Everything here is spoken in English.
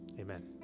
Amen